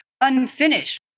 unfinished